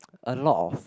a lot of